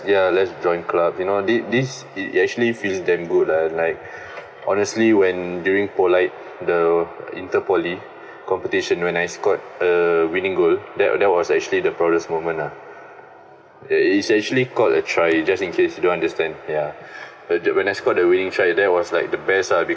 ya let's join clubs you know this this it actually feels damn good lah like honestly when during polite the inter-poly competition when I scored a winning goal that that was actually the proudest moments lah it's is actually called a try just in case you don't understand ya when I scored the winning try there was like the best lah